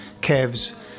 Kev's